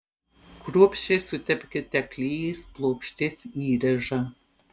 kruopščiai sutepkite klijais plokštės įrėžą